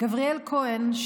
גבריאל כהן,